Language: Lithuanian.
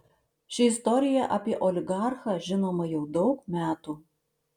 ši istorija apie oligarchą žinoma jau daug metų